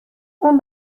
اون